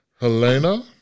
Helena